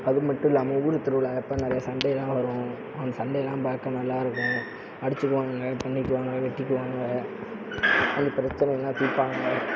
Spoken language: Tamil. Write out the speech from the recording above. அது மட்டும் இல்லாமல் ஊர் திருவிழா அப்போ நிறைய சண்டை எல்லாம் வரும் அந்த சண்டை எல்லாம் பார்க்க நல்லா இருக்கும் அடித்துக்குவானுங்க ஏதா பண்ணிக்குவானுங்க வெட்டிக்குவானுங்க அந்த பிரச்சனை எல்லாம் தீர்ப்பாங்க